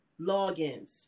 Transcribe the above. logins